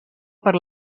per